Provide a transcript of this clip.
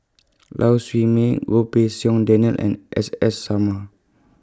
Lau Siew Mei Goh Pei Siong Daniel and S S Sarma